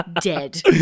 Dead